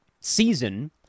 season